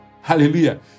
Hallelujah